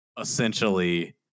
essentially